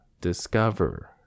discover